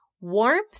warmth